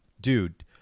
dude